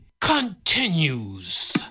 continues